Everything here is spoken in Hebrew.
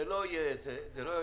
וזה לא יהיה בעיה.